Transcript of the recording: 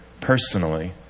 personally